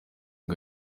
ngo